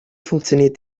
funktioniert